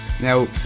Now